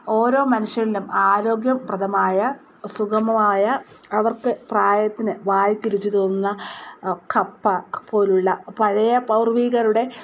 ഓരോ മനുഷ്യനിലും ആരോഗ്യപ്രദമായ സുഗമമായ അവർക്ക് പ്രായത്തിന് വായ്ക്ക് രുചി തോന്നുന്ന കപ്പ പോലുള്ള പഴയ പൗർവികരുടെ